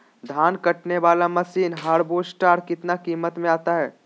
धान कटने बाला मसीन हार्बेस्टार कितना किमत में आता है?